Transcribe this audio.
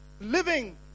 living